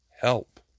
help